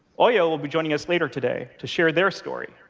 oyo will be joining us later today to share their story.